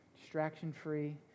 distraction-free